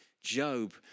Job